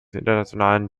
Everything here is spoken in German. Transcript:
internationalen